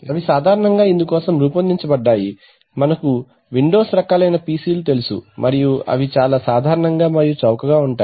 అవి సాధారణంగా ఇందు కోసం రూపొందించబడ్డాయి మనకు విండోస్ రకమైన PCలు తెలుసు మరియు అవి చాలా సాధారణంగా మరియు చౌకగా ఉంటాయి